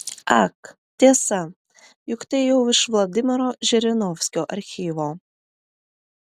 ak tiesa juk tai jau iš vladimiro žirinovskio archyvo